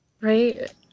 right